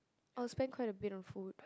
I will spend quite a bit on food